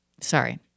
sorry